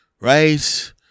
Right